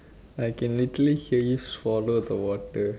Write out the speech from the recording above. I can literally hear you swallow the water